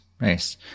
Nice